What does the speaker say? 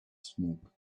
smoke